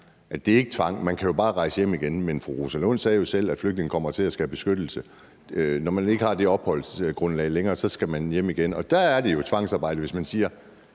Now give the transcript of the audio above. at det ikke er tvang; at man jo bare kan rejse hjem igen. Men fru Rosa Lund sagde jo selv, at flygtningene kommer hertil og skal have beskyttelse. Når de ikke har det opholdsgrundlag længere, skal de hjem igen, og der er det jo tvangsarbejde, hvis man siger: